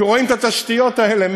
כי רואים את התשתיות האלה.